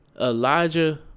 Elijah